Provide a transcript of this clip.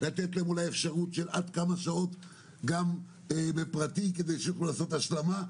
לתת להם אולי אפשרות של מספר שעות גם בפרטי כדי שיוכלו לעשות השלמה.